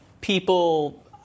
people